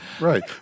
right